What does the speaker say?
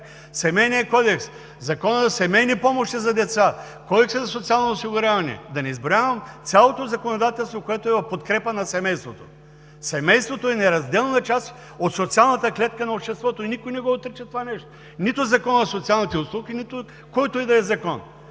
Семейният кодекс, Законът за семейните помощи за деца, Кодексът за социално осигуряване – да не изброявам цялото законодателство, което е в подкрепа на семейството. Семейството е неразделна част от социалната клетка на обществото и никой не го отрича това нещо – нито Законът за социалните услуги, нито който и да е закон.